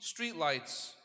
streetlights